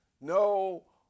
no